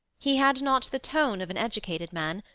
he had not the tone of an educated man,